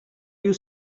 you